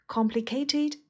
Complicated